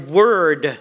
word